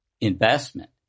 investment